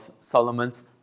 Solomon's